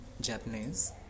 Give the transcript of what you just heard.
Japanese